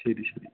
ശരി ശരി